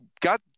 got